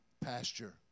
pasture